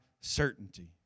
certainty